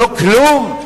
לא כלום?